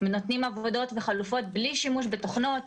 נותנים עבודות וחלופות בלי שימוש בתוכנות,